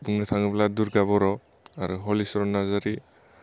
बुंनो थाङोब्ला दुर्गा बर' आरो हलिचरन नारजारि